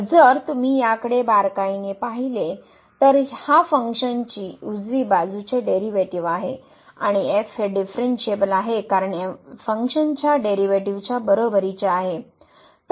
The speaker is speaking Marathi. तर जर तुम्ही याकडे बारकाईने पाहिले तर हा फंक्शनची उजवी बाजू चे डेरीवेटीव आहे आणि एफ हे डीफ्रेएनशिएबल आहे कारण हे फंक्शनच्या डेरीवेटीवच्या बरोबरीचे आहे